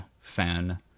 fan